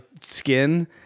skin